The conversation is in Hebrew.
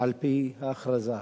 על-פי ההכרזה הזאת.